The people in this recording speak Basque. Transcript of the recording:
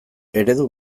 eredu